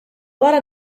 wara